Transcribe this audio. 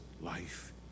life